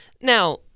Now